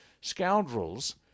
scoundrels